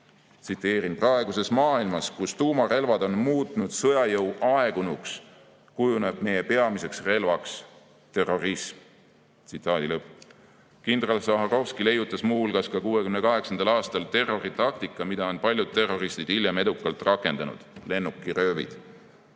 "Praeguses maailmas, kus tuumarelvad on muutnud sõjajõu aegunuks, kujuneb meie peamiseks relvaks terrorism." Kindral Sahharovski leiutas muu hulgas 1968. aastal terroritaktika, mida on paljud terroristid hiljem edukalt rakendanud – lennukiröövid.